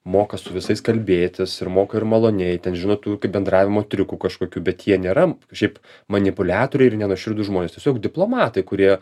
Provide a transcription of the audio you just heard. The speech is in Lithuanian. moka su visais kalbėtis ir moka ir maloniai ten žino tų kaip bendravimo triukų kažkokių bet jie nėra šiaip manipuliatoriai ir nenuoširdūs žmonės tiesiog diplomatai kurie